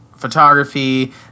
photography